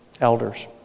elders